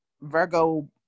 Virgo